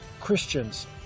Christians